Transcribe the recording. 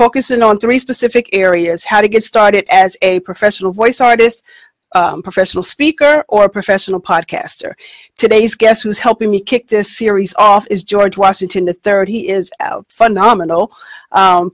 focusing on three specific areas how to get started as a professional voice artist professional speaker or professional podcast or today's guess who's helping me kick this series off is george washington the third he is phenomenal